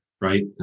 right